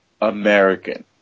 American